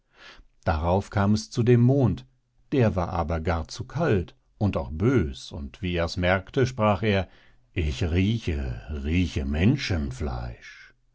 darauf kam es zu dem mond der war aber gar zu kalt und auch bös und wie ers merkte sprach er ich rieche rieche menschenfleisch